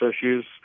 issues